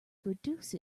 produce